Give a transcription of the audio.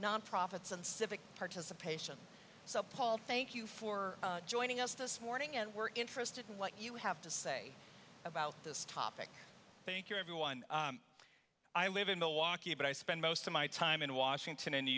nonprofits and civic participation so paul thank you for joining us this morning and we're interested in what you have to say about this topic thank you everyone i live in milwaukee but i spend most of my time in washington in new